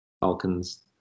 Falcons